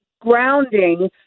grounding